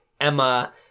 Emma